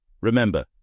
Remember